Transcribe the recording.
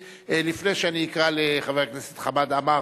אני קובע שהצעתו של חבר הכנסת יריב לוין,